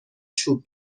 چوب